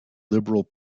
liberal